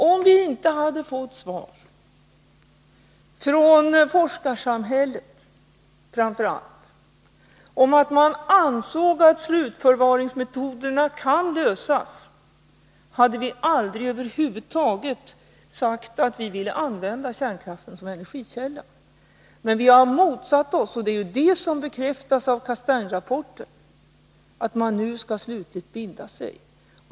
Om vi inte hade fått besked, framför allt från forskarsamhället, om att man anser att slutförvaringsmetoderna kan lösas, hade vi över huvud taget aldrig sagt att vi ville använda kärnkraften som energikälla. Vi har dock motsatt oss — och riktigheten häri bekräftas av Castaingrapporten — att man nu slutligt skall binda sig.